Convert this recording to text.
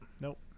Nope